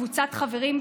קבוצת חברים,